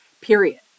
period